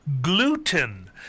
gluten